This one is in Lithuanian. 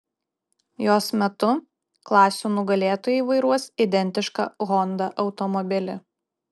jos metu klasių nugalėtojai vairuos identišką honda automobilį